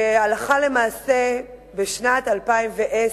והלכה למעשה בשנת 2010,